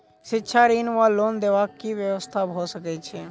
शिक्षा ऋण वा लोन देबाक की व्यवस्था भऽ सकै छै?